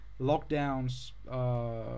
lockdowns